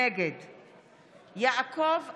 נגד יעקב אשר,